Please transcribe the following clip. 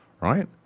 Right